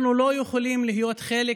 אנחנו לא יכולים להיות חלק